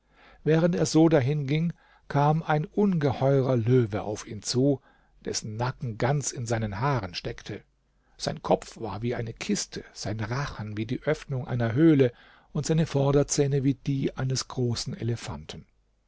während er so dahinging kam ein ungeheurer löwe auf ihn zu dessen nacken ganz in seinen haaren steckte sein kopf war wie eine kiste sein rachen wie die öffnung einer höhle und seine vorderzähne wie die eines großen elefanten